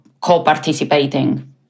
co-participating